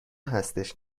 هستش